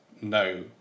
no